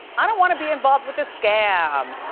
i don't wanna be involved with this scam.